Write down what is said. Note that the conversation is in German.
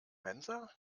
mensa